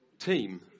Team